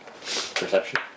Perception